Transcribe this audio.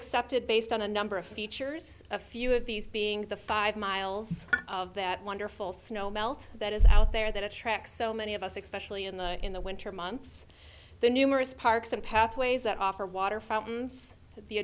accepted based on a number of features a few of these being the five miles of that wonderful snow melt that is out there that attracts so many of us expression in the winter months the numerous parks and pathways that offer water fountains the